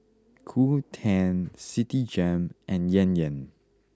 Qoo ten Citigem and Yan Yan